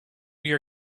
your